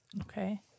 Okay